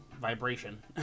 vibration